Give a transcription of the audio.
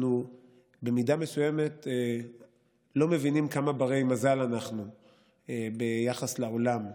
אנחנו במידה מסוימת לא מבינים כמה בני-מזל אנחנו ביחס לעולם.